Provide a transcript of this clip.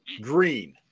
Green